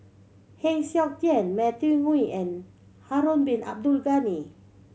Heng Siok Tian Matthew Ngui and Harun Bin Abdul Ghani